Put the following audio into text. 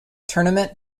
tournament